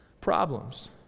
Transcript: problems